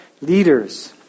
Leaders